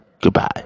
goodbye